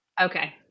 Okay